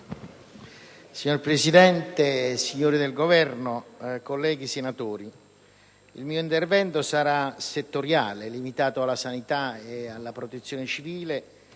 Signor Presidente, signori del Governo, colleghi senatori, il mio intervento sarà settoriale, limitato alla sanità e alla Protezione civile,